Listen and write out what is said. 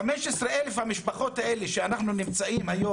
15 אלף המשפחות האלה שיש היום,